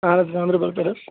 اَہَن حظ گانٛدل بل پٮ۪ٹھ حظ